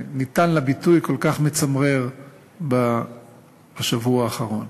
שניתן לה ביטוי כל כך מצמרר בשבוע האחרון.